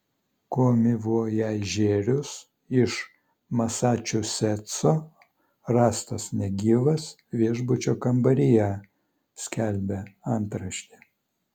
komivojažierius iš masačusetso rastas negyvas viešbučio kambaryje skelbė antraštė